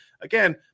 again